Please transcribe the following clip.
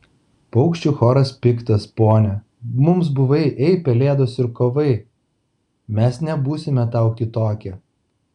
paukščių choras piktas pone mums buvai ei pelėdos ir kovai mes nebūsime tau kitokie